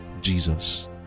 Jesus